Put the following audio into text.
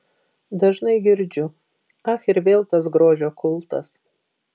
dažnai girdžiu ach ir vėl tas grožio kultas